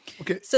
Okay